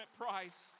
price